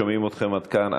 שומעים אתכם עד כאן,